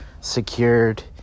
secured